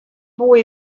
boy